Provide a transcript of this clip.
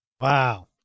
Wow